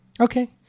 Okay